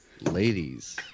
Ladies